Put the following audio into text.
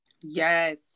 Yes